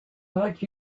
like